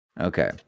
Okay